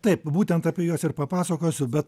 taip būtent apie juos ir papasakosiu bet